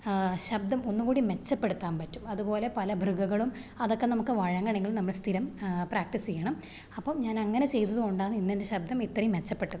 ശബ്ദം ഒന്നുംകൂടി മെച്ചപ്പെടുത്താന് പറ്റും അതുപോലെ പല ഭ്രഗകളും അതക്കെ നമുക്ക് വഴങ്ങണമെങ്കില് നമ്മൾ സ്ഥിരം പ്രാക്റ്റീസ് ചെയ്യണം അപ്പം ഞാനങ്ങനെ ചെയ്തത് കൊണ്ടാന്ന് ഇന്നെന്റെ ശബ്ദം ഇത്രേം മെച്ചപ്പെട്ടത്